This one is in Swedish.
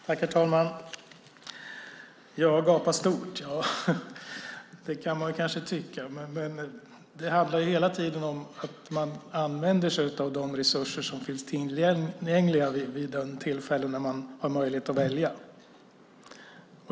Herr talman! Ja, gapa stort - det kan man kanske tycka. Men det handlar ju hela tiden om att man använder sig av de resurser som finns tillgängliga vid de tillfällen då man har möjlighet att välja.